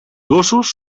gossos